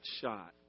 shot